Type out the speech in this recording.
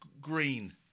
green